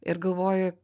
ir galvoji